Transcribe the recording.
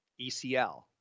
ECL